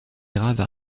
graves